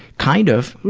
kind of.